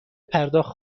پرداخت